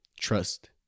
trust